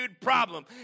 problem